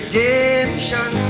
Redemption